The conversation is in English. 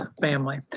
family